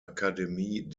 akademie